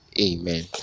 amen